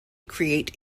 create